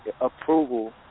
approval